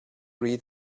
read